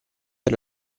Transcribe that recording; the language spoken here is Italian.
per